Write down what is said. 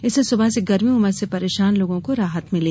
इससे सुबह से गर्मी और उमस से परेशान लोगों को राहत मिली